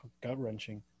gut-wrenching